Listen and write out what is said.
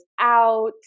out